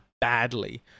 badly